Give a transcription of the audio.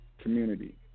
community